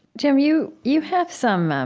jim, you you have some